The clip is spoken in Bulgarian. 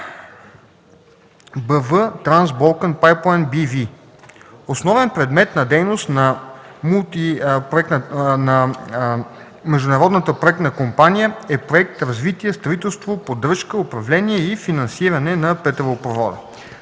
Б.В. (Trans-Balkan Pipeline B.V.). Основен предмет на дейност на Международната проектна компания е проект, развитие, строителство, поддръжка, управление и финансиране на петролопровода.